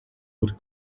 would